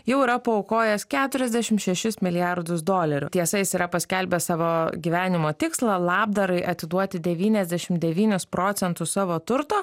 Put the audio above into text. jau yra paaukojęs keturiasdešim šešis milijardus dolerių tiesa jis yra paskelbęs savo gyvenimo tikslą labdarai atiduoti devyniasdešim devynis procentus savo turto